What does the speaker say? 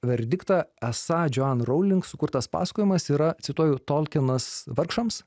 verdiktą esą joanne rowling sukurtas pasakojimas yra cituoju tolkinas vargšams